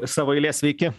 savo eilės sveiki